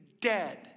dead